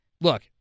look